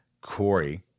Corey